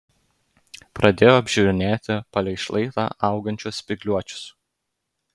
pradėjo apžiūrinėti palei šlaitą augančius spygliuočius